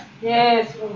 Yes